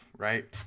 right